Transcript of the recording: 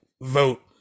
vote